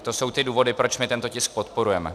To jsou důvody, proč my tento tisk podporujeme.